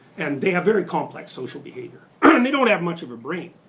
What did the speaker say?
and they have very complex social behavior. and and they don't have much of a brain.